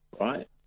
right